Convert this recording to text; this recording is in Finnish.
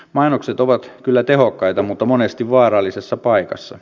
mainokset ovat kyllä tehokkaita mutta monesti vaarallisessa paikassa